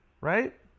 Right